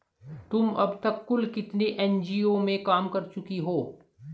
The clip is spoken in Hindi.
तुम अब तक कुल कितने एन.जी.ओ में काम कर चुकी हो?